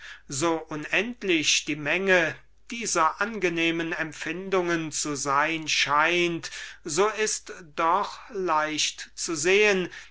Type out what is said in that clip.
so unendlich die menge dieser angenehmen empfindungen zu sein scheint so ist doch leicht zu sehen